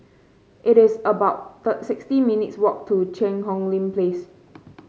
it is about sixty minutes' walk to Cheang Hong Lim Place